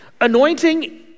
Anointing